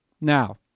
Now